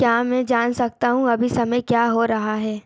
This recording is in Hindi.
क्या मैं जान सकता हूँ अभी समय क्या हो रहा है